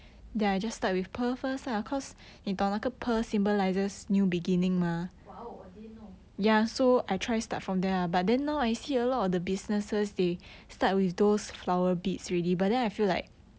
!wow! I didn't know